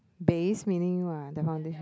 base meaning what the foundation